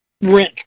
rent